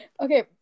Okay